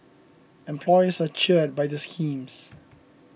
employers are cheered by the schemes